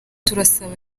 turasaba